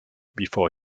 before